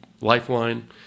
lifeline